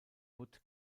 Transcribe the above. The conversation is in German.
wood